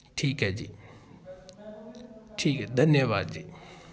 ਠੀਕ ਹੈ ਜੀ ਠੀਕ ਹੈ ਦੰਨਿਆਵਾਦ ਜੀ